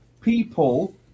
people